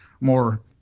more